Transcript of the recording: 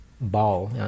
ball